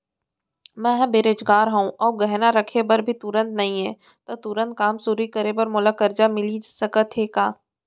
मैं ह बेरोजगार हव अऊ गहना रखे बर भी तुरंत नई हे ता तुरंत काम शुरू करे बर मोला करजा मिलिस सकत हे का?